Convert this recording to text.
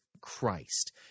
Christ